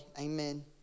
amen